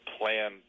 plan